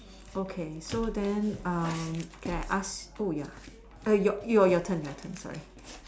okay so then um can I ask oh ya your your turn your turn sorry